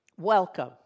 Welcome